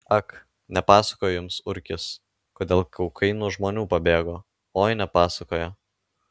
ak nepasakojo jums urkis kodėl kaukai nuo žmonių pabėgo oi nepasakojo